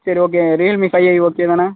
சரி okay Realme five I okay தானே